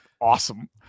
awesome